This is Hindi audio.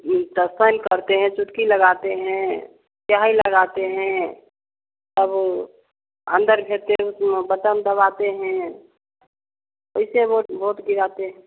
तो साइन करते हैं चुटकी लगाते हैं स्याही लगाते हैं तब अन्दर लेते बटन दबाते हैं वैसे भो भोट गिराते हैं